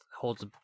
holds